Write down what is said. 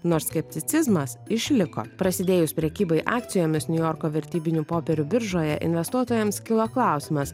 nors skepticizmas išliko prasidėjus prekybai akcijomis niujorko vertybinių popierių biržoje investuotojams kilo klausimas